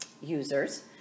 users